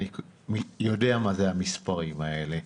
אני יודע מה זה המספרים האלה.